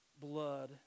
blood